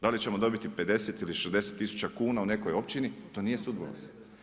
Da li ćemo dobiti 50 ili 60 tisuća kuna u nekoj općini, to nije sudbonosno.